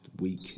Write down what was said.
week